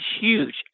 huge